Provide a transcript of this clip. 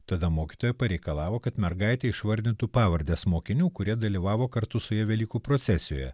tada mokytoja pareikalavo kad mergaitė išvardytų pavardes mokinių kurie dalyvavo kartu su ja velykų procesijoje